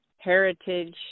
heritage